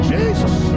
Jesus